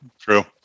true